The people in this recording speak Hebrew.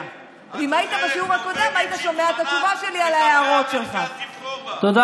זה,